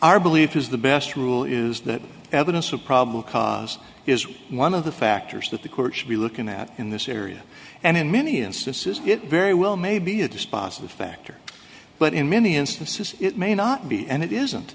our belief is the best rule is that evidence of probable cause is one of the factors that the court should be looking at in this area and in many instances it very well may be a dispositive factor but in many instances it may not be and it isn't